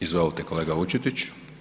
Izvolite kolega Vučetić.